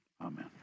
amen